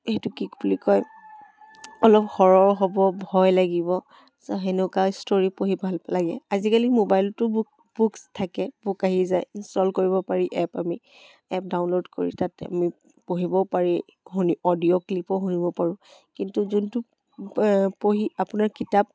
সেইটো কি বুলি কয় অলপ হ'ৰৰ হ'ব ভয় লাগিব সেনেকুৱা ষ্টৰী পঢ়ি ভাল লাগে আজিকালি মোবাইলতো বুক বুকছ্ থাকে বুক আহি যায় ইনষ্টল কৰিব পাৰি এপ আমি এপ ডাউনলোড কৰি তাত আমি পঢ়িবও পাৰি শুনি অডিঅ' ক্লিপো শুনিব পাৰোঁ কিন্তু যোনটো পঢ়ি আপোনাৰ কিতাপ